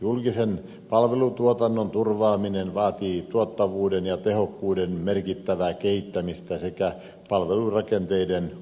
julkisen palvelutuotannon turvaaminen vaatii tuottavuuden ja tehokkuuden merkittävää kehittämistä sekä palvelurakenteiden uusimista